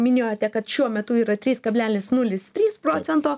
minėjote kad šiuo metu yra trys kablelis nulis trys procento